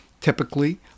Typically